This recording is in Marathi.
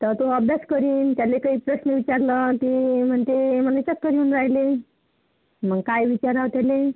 तर तो अभ्यास करील त्याला काही प्रश्न विचारलं की म्हणते मला चक्कर येऊन राहिली मग काय विचारावं त्याला